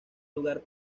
lugar